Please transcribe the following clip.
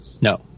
No